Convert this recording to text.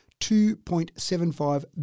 2.75